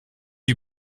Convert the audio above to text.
you